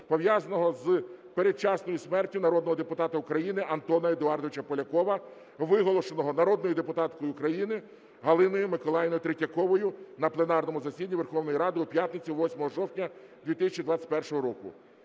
пов'язаного з передчасною смертю народного депутата України Антона Едуардовича Полякова, виголошеного народною депутаткою України Галиною Миколаївною Третьяковою на пленарному засіданні Верховної Ради у п'ятницю 8 жовтня 2021 року.